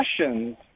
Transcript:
questions